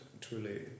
truly